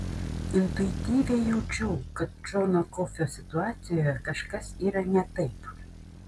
intuityviai jaučiau kad džono kofio situacijoje kažkas yra ne taip